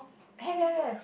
have have have